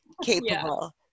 capable